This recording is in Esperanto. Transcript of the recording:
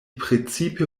precipe